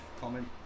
comment